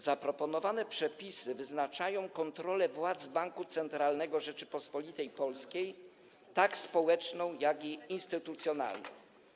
Zaproponowane przepisy wyznaczają kontrolę władz banku centralnego Rzeczypospolitej Polskiej tak społeczną, jak i instytucjonalną.